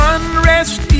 Unrest